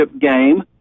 game